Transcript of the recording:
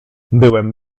byłem